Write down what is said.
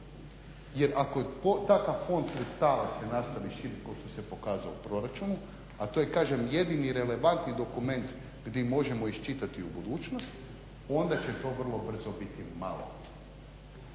jer ako takav fond sredstava se nastavi širit kao što se pokazao u proračunu a to je kažem jedini relevantni dokument gdje možemo iščitati u budućnost onda će to vrlo brzo biti malo.